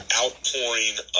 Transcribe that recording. outpouring